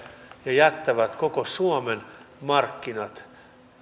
ja jättävät koko suomen markkinat